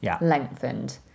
lengthened